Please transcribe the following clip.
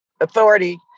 authority